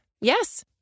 Yes